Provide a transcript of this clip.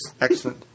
Excellent